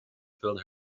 filled